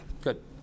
good